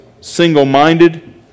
single-minded